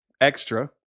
extra